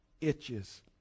itches